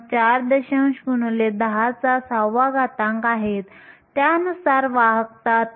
4 x 106 आहेत त्यानुसार वाहकता 3